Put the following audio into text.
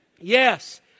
Yes